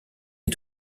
est